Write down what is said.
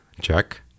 check